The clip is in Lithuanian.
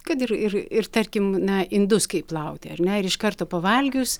kad ir ir ir tarkim na indus kaip plauti ar ne ir iš karto pavalgius